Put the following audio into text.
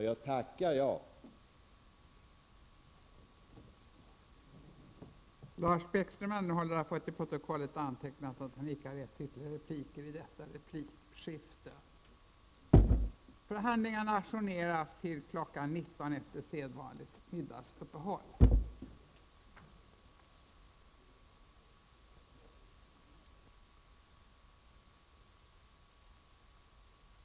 Jo, jag tackar jag!